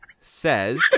says